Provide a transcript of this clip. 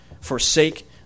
forsake